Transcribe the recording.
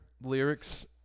lyrics